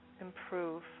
improve